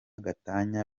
gatanya